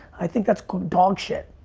i think that's dog shit.